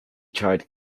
tried